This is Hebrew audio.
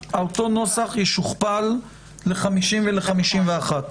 אותו נוסח ישוכפל ל-50 ול-51,